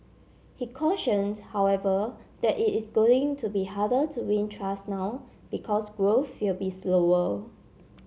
he cautioned however that it is going to be harder to win trust now because growth will be slower